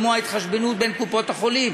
כמו ההתחשבנות בין קופות-החולים,